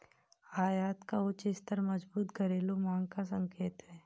आयात का उच्च स्तर मजबूत घरेलू मांग का संकेत है